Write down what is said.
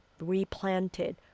replanted